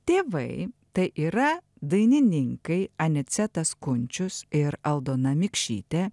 tėvai tai yra dainininkai anicetas kunčius ir aldona mikšytė